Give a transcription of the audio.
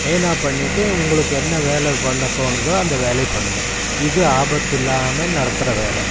main off பண்ணிட்டு உங்களுக்கு என்ன வேலை பண்ணத் தோணுதோ அந்த வேலையை பண்ணுங்க இது ஆபத்து இல்லாமல் நடத்துகிற வேலை